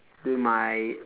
during my